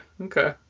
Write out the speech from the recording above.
okay